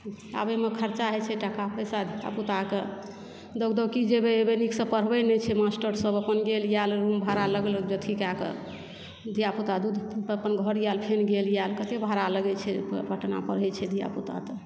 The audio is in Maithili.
आबय मे खरचा होइ छै टका पैसा धिया पूता के दौग दौग की जेबै एबय नीक सॅं पढ़बै नहि छै मास्टर सब अपन गेल आएल ओहोम भाड़ा लगल अथी कए कऽ धिया पूता दू दिन पर अपन घर आएल फेन गेल आएल कतय भाड़ा लगै छै ओहिमे पटना पढ़ै छै धिया पूता त